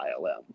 ILM